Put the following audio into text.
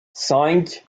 cinq